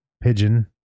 pigeon